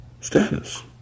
Status